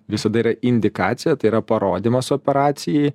visada yra indikacija tai yra parodymas operacijai